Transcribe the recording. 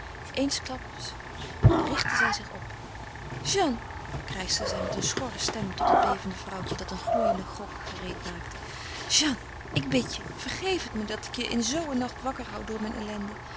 eensklaps richtte zij zich op jeanne krijschte zij met een schorre stem tot het bevende vrouwtje dat een gloeienden grog gereed maakte jeanne ik bid je vergeef het me dat ik je in zoo een nacht wakker hoû door mijn ellende